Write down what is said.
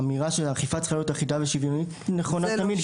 האמירה שהאכיפה צריכה להיות אחידה ושוויונית היא נכונה תמיד,